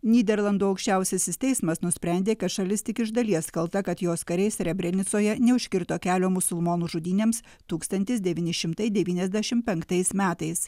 nyderlandų aukščiausiasis teismas nusprendė kad šalis tik iš dalies kalta kad jos kariai srebrenicoje neužkirto kelio musulmonų žudynėms tūkstantis devyni šimtai devyniasdešim penktais metais